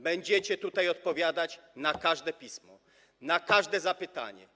Będziecie tutaj odpowiadać na każde pismo, na każde zapytanie.